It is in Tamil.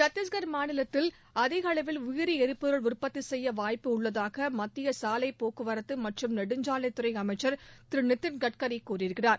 சத்தீஷ்கட் மாநிலத்தில் அதிக அளவில் உயிரி எரிபொருள் உற்பத்தி செய்ய வாய்ப்புள்ளதாக மத்திய சாலைப் போக்குவரத்து மற்றும் நெடுஞ்சாலைத் துறை அமைச்சர் திரு நிதின் கட்கரி கூறியிருக்கிறார்